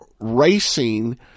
racing